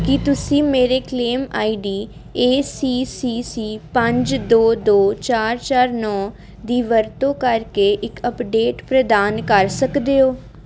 ਕੀ ਤੁਸੀਂ ਮੇਰੇ claim ID A C C C ਪੰਜ ਦੋ ਦੋ ਚਾਰ ਚਾਰ ਨੌਂ ਦੀ ਵਰਤੋਂ ਕਰਕੇ ਇੱਕ ਅਪਡੇਟ ਪ੍ਰਦਾਨ ਕਰ ਸਕਦੇ ਹੋ